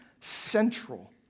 central